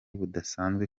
budasanzwe